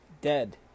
Dead